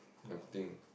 nothing